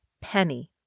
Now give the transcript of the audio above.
penny